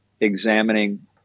examining